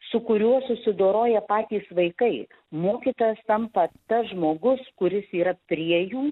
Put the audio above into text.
su kuriuo susidoroja patys vaikai mokytojas tampa tas žmogus kuris yra prie jų